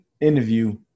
interview